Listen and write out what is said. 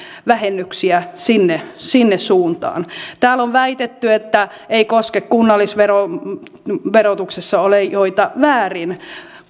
vähennyksiä sinne sinne suuntaan täällä on väitetty että se ei koske kunnallisverotuksessa olijoita väärin